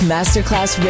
Masterclass